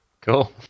cool